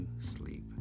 sleep